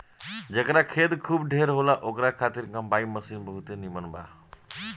जेकरा खेत खूब ढेर होला ओकरा खातिर कम्पाईन मशीन बहुते नीमन बा